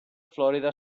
florida